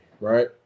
Right